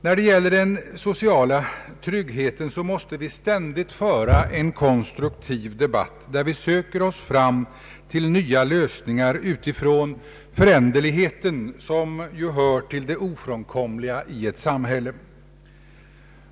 När det gäller den sociala tryggheten måste vi ständigt föra en konstruktiv debatt, där vi söker oss fram till nya lösningar utifrån föränderligheten, som hör till det ofrånkomliga i ett samhälle.